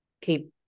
keep